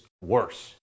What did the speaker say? worse